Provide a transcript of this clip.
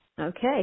Okay